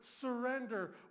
surrender